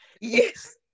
yes